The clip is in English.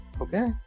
Okay